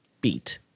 beat